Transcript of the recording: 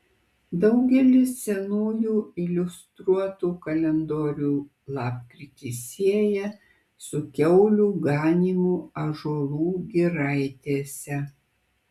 daugelis senųjų iliustruotų kalendorių lapkritį sieja su kiaulių ganymu ąžuolų giraitėse